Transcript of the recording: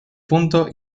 punto